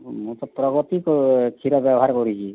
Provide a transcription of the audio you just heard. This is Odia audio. ମୁଁ ଛତ୍ରପତି କ୍ଷୀର ବ୍ୟବହାର କରୁଛି